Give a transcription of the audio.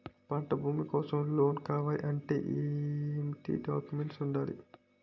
పంట భూమి కోసం లోన్ కావాలి అంటే ఏంటి డాక్యుమెంట్స్ ఉండాలి?